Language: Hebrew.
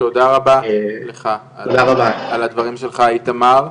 תודה רבה לך על הדברים שלך, איתמר.